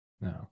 No